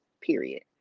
Period